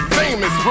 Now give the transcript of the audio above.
famous